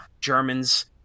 Germans